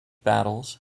battles